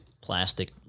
plastic